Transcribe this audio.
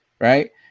Right